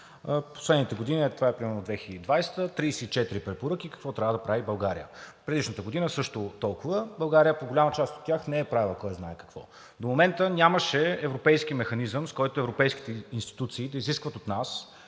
последните години примерно за 2020 г. – 34 препоръки какво трябва да прави България. За предишната година са също толкова, а България по голяма част от тях не е правила кой знае какво. До момента нямаше европейски механизъм, с който европейски институции да изискват от нас